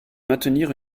maintenir